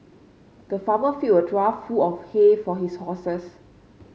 the farmer filled a trough full of hay for his horses